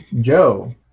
Joe